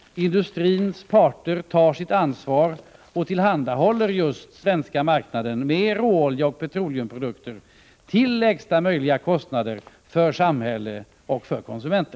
Industrins parter tar sitt ansvar och tillhandahåller den svenska marknaden just råolja och petroleumprodukter till lägsta möjliga kostnader för samhälle och konsumenter.